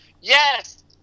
yes